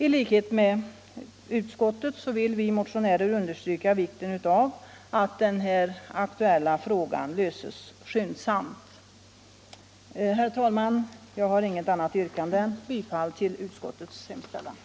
I likhet med utskottet vill vi motionärer understryka vikten av att den här aktuella frågan löses skyndsamt. Herr talman! Jag har inget annat yrkande än om bifall till utskottets hemställan.